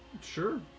Sure